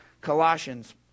Colossians